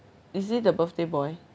is it the birthday boy